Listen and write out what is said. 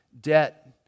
debt